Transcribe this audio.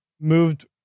moved